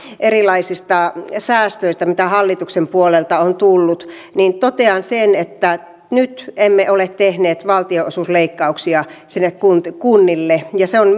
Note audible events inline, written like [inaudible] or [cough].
erilaisista säästöistä mitä hallituksen puolelta on tullut totean sen että nyt emme ole tehneet valtionosuusleikkauksia sinne kunnille ja se on [unintelligible]